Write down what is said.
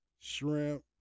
shrimp